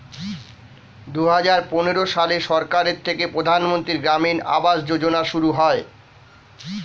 দুহাজার পনেরো সালে সরকার থেকে প্রধানমন্ত্রী গ্রামীণ আবাস যোজনা শুরু হয়